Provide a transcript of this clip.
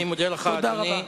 אני מודה לך, אדוני.